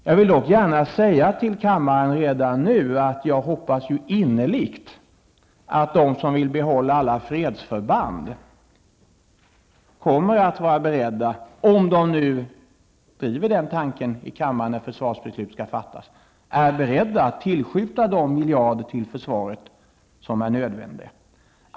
Jag vill dock redan nu säga till kammaren att jag innerligt hoppas att de som vill behålla alla fredsförband -- om de driver den tanken i kammaren när det blir dags att fatta ett försvarsbeslut -- är beredda att tillskjuta de miljarder till försvaret som är nödvändiga.